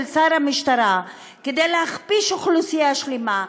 שר המשטרה כדי להכפיש אוכלוסייה שלמה,